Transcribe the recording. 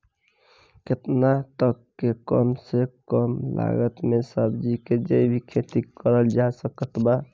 केतना तक के कम से कम लागत मे सब्जी के जैविक खेती करल जा सकत बा?